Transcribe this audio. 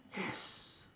yes